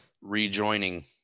rejoining